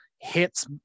hits